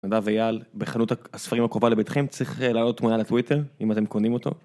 נדב ויאל בחנות הספרים הקרובה לביתכם, צריך לעלות תמונה לטוויטר אם אתם קונים אותו.